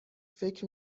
فکر